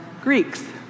Greeks